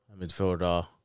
midfielder